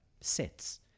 sets